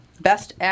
best